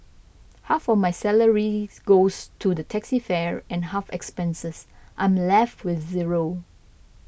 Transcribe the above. half of my salaries goes to the taxi fare and after expenses I'm left with zero